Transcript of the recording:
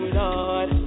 lord